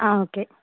ആ ഓക്കെ